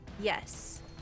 Yes